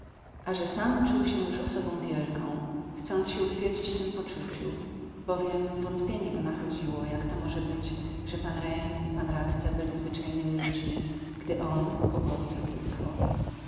a że sam czuł się już osobą wielką chcąc się utwierdzić w tym poczuciu bowiem wątpienie go nachodziło jak to może być żeby pan rejent i pan radca byli zwyczajnymi ludźmi gdy on poborca tylko